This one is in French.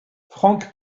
franck